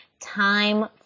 Time